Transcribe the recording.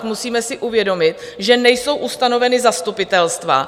Musíme si uvědomit, že nejsou ustanovena zastupitelstva.